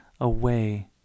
away